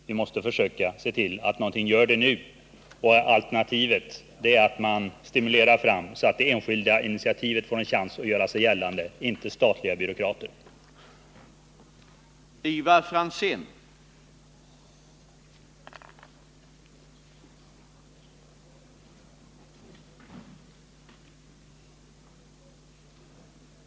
Vi måste se till att göra något nu, och det alternativ som står till buds är att stimulera det enskilda initiativet, så att detta och inte bara de statliga byråkraterna får en chans att göra sig gällande.